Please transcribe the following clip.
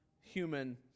human